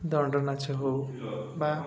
ଦଣ୍ଡ ନାଚ ହଉ ବା